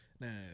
Now